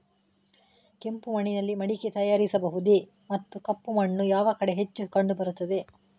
ಕೆಂಪು ಮಣ್ಣಿನಲ್ಲಿ ಮಡಿಕೆ ತಯಾರಿಸಬಹುದೇ ಮತ್ತು ಕಪ್ಪು ಮಣ್ಣು ಯಾವ ಕಡೆ ಹೆಚ್ಚು ಕಂಡುಬರುತ್ತದೆ?